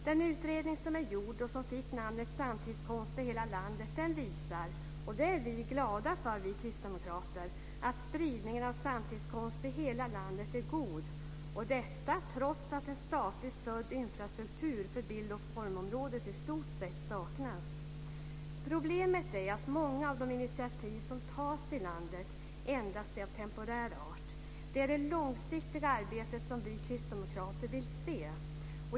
Den utredning som är gjord och som fick namnet Samtidskonst i hela landet visar - och det är vi kristdemokrater glada för - att spridningen av samtidskonst i hela landet är god, och detta trots att en statligt stödd infrastruktur för bild och formområdet i stort sett saknas. Problemet är att många av de initiativ som tas i landet endast är av temporär art. Det är det långsiktiga arbetet som vi kristdemokrater vill se.